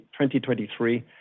2023